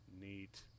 Neat